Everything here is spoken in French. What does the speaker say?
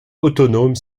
autonome